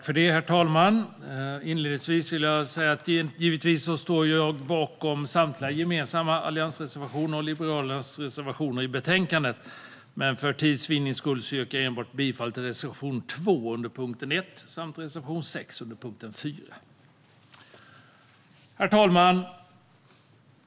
Herr talman! Givetvis står jag bakom samtliga gemensamma alliansreservationer och Liberalernas reservationer i betänkandet, men för tids vinnande yrkar jag bifall enbart till reservation 2 under punkt 1 och reservation 6 under punkt 4. Herr talman!